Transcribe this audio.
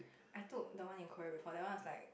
I took the one in Korea before that one was like